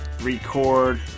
record